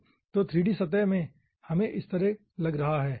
तो 3 डी सतह में यह इस तरह का लग रहा है ठीक है